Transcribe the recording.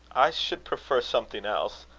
i should prefer something else.